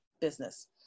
business